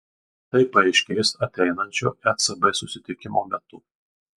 tai paaiškės ateinančio ecb susitikimo metu